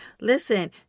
Listen